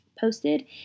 posted